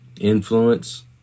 influence